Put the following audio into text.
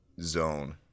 zone